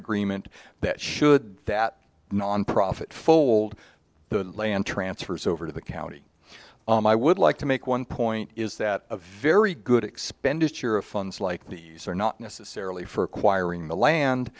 agreement that should that nonprofit fold the land transfers over to the county and i would like to make one point is that a very good expenditure of funds like these are not necessarily for acquiring the land